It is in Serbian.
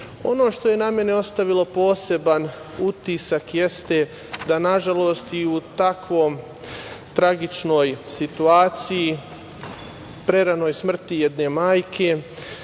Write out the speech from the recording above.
što je na mene ostavilo poseban utisak, jeste da, nažalost, i u tako tragičnoj situaciji, preranoj smrti jedne majke,